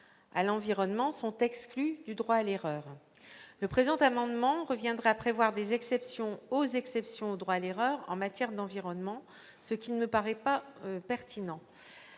à l'environnement sont exclues du droit à l'erreur. L'adoption du présent amendement reviendrait à prévoir des exceptions aux exceptions au droit à l'erreur en matière d'environnement, ce qui ne me paraît pas pertinent.